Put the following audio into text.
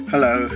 Hello